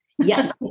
Yes